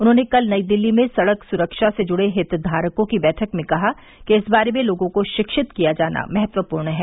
उन्होंने कल नई दिल्ली में सड़क सुरक्षा से जुड़े हितधारकों की बैठक में कहा कि इस बारे में लोगों को शिक्षित किया जाना महत्वपूर्ण है